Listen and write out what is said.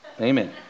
Amen